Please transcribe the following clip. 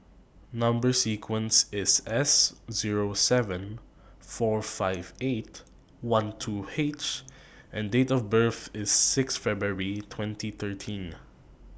Number sequence IS S zeeo seven four five eight one two H and Date of birth IS six February twenty thirteen